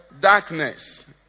darkness